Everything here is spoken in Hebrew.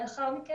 לצערי הרב,